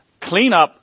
cleanup